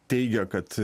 teigia kad